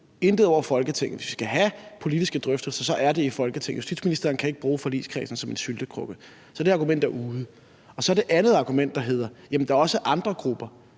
Intet over Folketinget. Hvis vi skal have politiske drøftelser, så er det i Folketinget. Justitsministeren kan ikke bruge forligskredsen som en syltekrukke. Så det argument er ude. Så er der det andet argument, der hedder: Jamen der er også andre grupper.